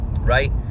Right